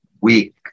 week